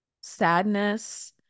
sadness